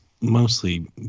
mostly